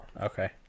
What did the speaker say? Okay